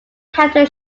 helped